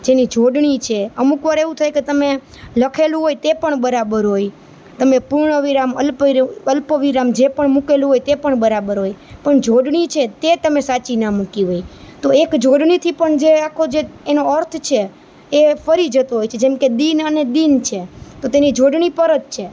જેની જોડણી છે અમુક વાર એવું થાય કે તમે લખેલું હોય તે પણ બરાબર હોય તમે પૂર્ણ વિરામ અલ્પ અલ્પ વિરામ જે પણ મૂકેલું હોય એ પણ બરાબર હોય પણ જોડણી છે તે તમે સાચી ના મૂકી હોય તો એક જોડણીથી પણ જે આખો જે એનો અર્થ છે એ ફરી જતો હોય છે જેમ કે દિન અને ડીન છે તો તેની જોડણી પર જ છે